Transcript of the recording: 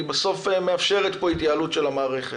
היא מאפשרת התייעלות של המערכת.